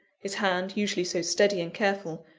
his hand, usually so steady and careful,